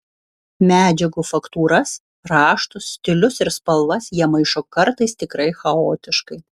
medžiagų faktūras raštus stilius ir spalvas jie maišo kartais tikrai chaotiškai